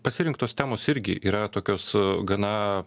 pasirinktos temos irgi yra tokios gana